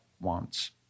wants